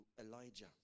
Elijah